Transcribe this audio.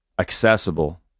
accessible